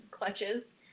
clutches